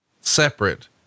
separate